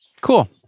cool